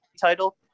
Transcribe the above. title